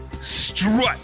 Strut